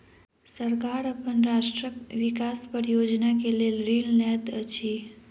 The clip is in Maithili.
सरकार अपन राष्ट्रक विकास परियोजना के लेल ऋण लैत अछि